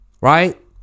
Right